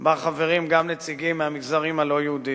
שבה חברים גם נציגים מהמגזרים הלא-יהודיים.